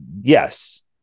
yes